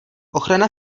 ochrana